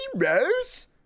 Heroes